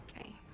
Okay